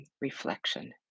reflection